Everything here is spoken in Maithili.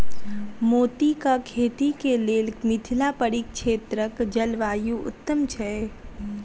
मोतीक खेती केँ लेल मिथिला परिक्षेत्रक जलवायु उत्तम छै?